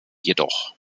jedoch